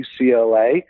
UCLA